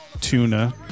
Tuna